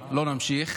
לא נמשיך,